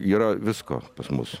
yra visko pas mus